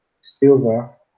silver